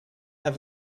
have